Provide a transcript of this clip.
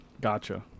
gotcha